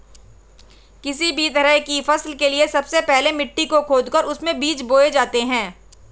किसी भी तरह की फसल के लिए सबसे पहले मिट्टी को खोदकर उसमें बीज बोए जाते हैं